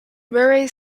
murray